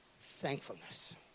thankfulness